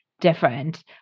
different